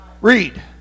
Read